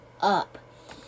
up